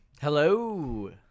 Hello